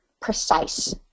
precise